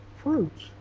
fruits